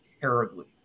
terribly